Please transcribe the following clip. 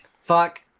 Fuck